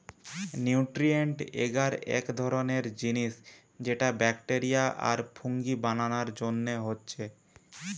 nutrient agar এক ধরণের জিনিস যেটা ব্যাকটেরিয়া আর ফুঙ্গি বানানার জন্যে হচ্ছে